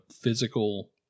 physical